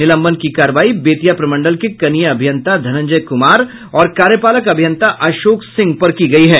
निलंबन की कार्रवाई बेतिया प्रमंडल के कनीय अभियंता धनंजय कुमार और कार्यपालक अभियंता अशोक सिंह पर की गयी है